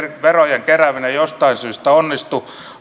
verojen kerääminen ei jostain syystä onnistu